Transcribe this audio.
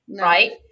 right